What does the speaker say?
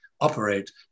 operate